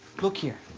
look here.